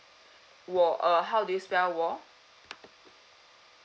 wo uh how do you spell wo